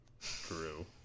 True